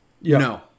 No